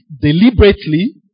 deliberately